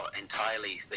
entirely